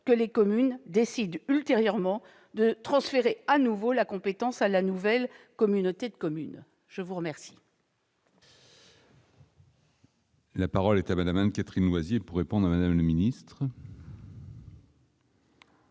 que les communes décident ultérieurement de transférer de nouveau la compétence à la nouvelle communauté de communes. La parole